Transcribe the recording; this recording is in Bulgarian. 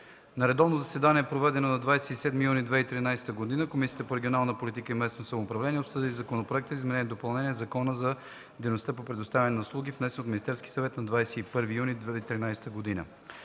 На редовно заседание, проведено на 27 юни 2013 г., Комисията по регионална политика и местно самоуправление обсъди Законопроект за изменение и допълнение на Закона за дейностите по предоставяне на услуги, № 302–01–2, внесен от Министерски съвет на 21 юни 2013 г.